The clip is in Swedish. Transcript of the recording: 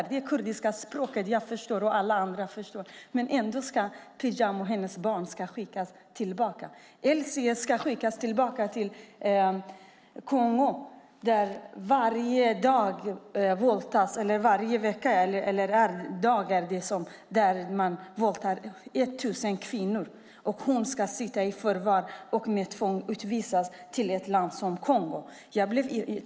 Jag förstår kurdiska språket, och jag förstår vad han säger. Trots detta ska Pejam och hennes barn skickas tillbaka. Elsie ska skickas tillbaka till Kongo, där det varje dag våldtas 1 000 kvinnor. Hon ska sitta i förvar och med tvång utvisas till ett land som Kongo. I går kl.